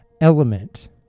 element